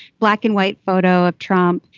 black and white photo of trump.